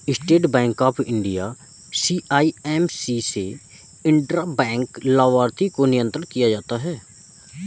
state Bank of India CIMB से intra bank लाभार्थी को नियंत्रण किया जाता है